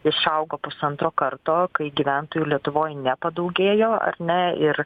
išauga pusantro karto kai gyventojų lietuvoj nepadaugėjo o ne ir